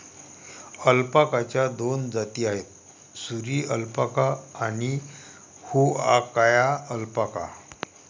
अल्पाकाच्या दोन जाती आहेत, सुरी अल्पाका आणि हुआकाया अल्पाका